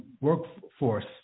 workforce